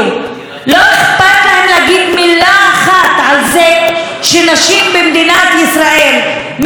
לא אכפת להם להגיד מילה אחת על זה שנשים במדינת ישראל מתלוננות,